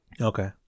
Okay